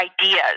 ideas